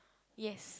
yes